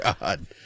God